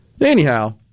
Anyhow